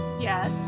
Yes